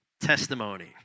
testimony